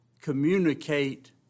communicate